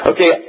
Okay